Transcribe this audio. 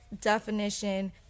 definition